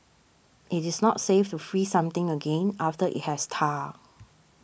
it is not safe to freeze something again after it has